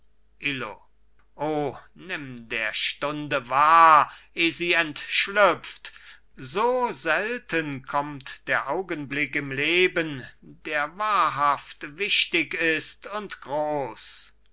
o nimm der stunde wahr eh sie entschlüpft so selten kommt der augenblick im leben der wahrhaftig wichtig ist und groß